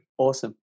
Awesome